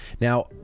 Now